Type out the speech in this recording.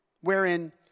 Wherein